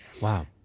Wow